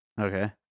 Okay